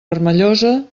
vermellosa